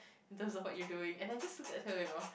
those are what you doing and I just looked at her you know